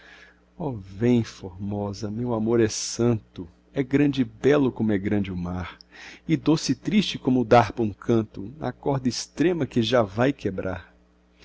oh vem formosa meu amor é santo é grande e belo como é grande o mar e doce e triste como dharpa um canto na corda extrema que já vai quebrar